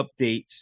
updates